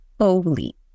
Holy